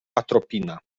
atropina